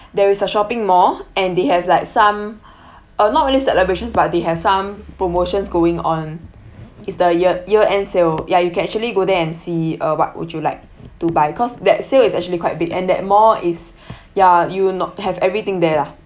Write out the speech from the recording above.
there is a shopping mall and they have like some uh not really celebrations but they have some promotions going on is the year year end sale ya you can actually go there and see uh what would you like to buy cause that sale is actually quite big and that mall is ya you'll not have everything there ah